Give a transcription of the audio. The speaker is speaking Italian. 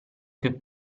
più